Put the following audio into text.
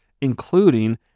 including